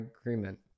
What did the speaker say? agreement